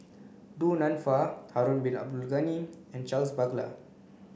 Du Nanfa Harun Bin Abdul Ghani and Charles Paglar